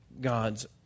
God's